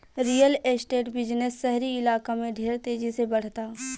real estate business शहरी इलाका में ढेर तेजी से बढ़ता